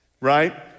right